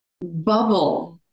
bubble